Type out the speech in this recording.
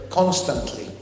constantly